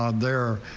um there.